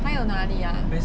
还有哪里啊